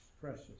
precious